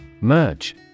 Merge